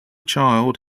child